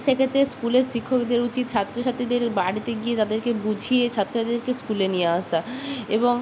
সেক্ষেত্রে স্কুলের শিক্ষকদের উচিত ছাত্র ছাত্রীদের বাড়িতে গিয়ে তাদেরকে বুঝিয়ে ছাত্র ছাত্রীদেরকে স্কুলে নিয়ে আসা এবং